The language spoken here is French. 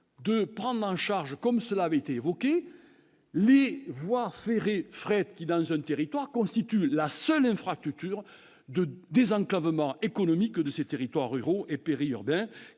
de prendre en charge, comme cela avait été évoqué, les voies ferrées de fret constituant la seule infrastructure de désenclavement économique dans les territoires ruraux ou périurbains